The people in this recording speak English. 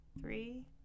three